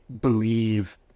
believe